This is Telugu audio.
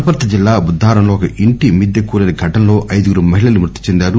వనపర్తి జిల్లా బుద్దారంలో ఒక ఇంటి మిద్దె కూలీన ఘటనలో ఐదుగురు మహిళలు మృతి చెందారు